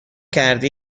کرده